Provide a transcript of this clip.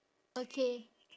okay